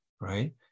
right